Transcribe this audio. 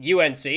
UNC